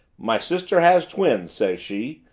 my sister has twins says she.